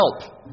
help